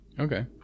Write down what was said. Okay